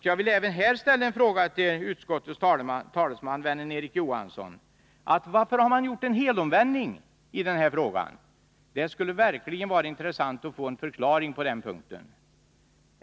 Jag vill även här ställa en fråga till utskottets talesman, vännen Erik Johansson: Varför har man gjort en helomvändning i denna fråga? Det skulle verkligen vara intressant att få en förklaring på den punkten.